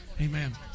Amen